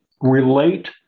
relate